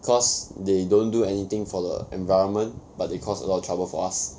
cause they don't do anything for the environment but they cause a lot of trouble for us